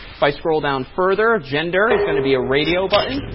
if i scroll down further, gender is going to be a radio button,